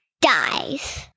dies